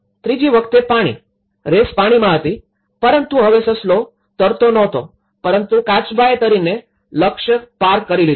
ત્રીજી વખતે પાણી રેસ પાણીમાં હતી પરંતુ હવે સસલો તરતો નહતો પરંતુ કાચબાએ તરીને લક્ષ્ય પાર કરી લીધું